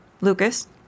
Lucas